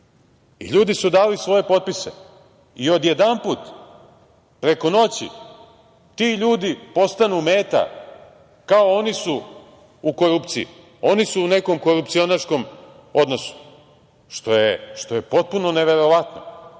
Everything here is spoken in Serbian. Ljudi su dali svoje potpise i odjedanput, preko noći, ti ljudi postanu meta, kao oni su u korupciji, oni su u nekom korupcionaškom odnosu, što je potpuno neverovatno. Mi